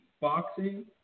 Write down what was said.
boxing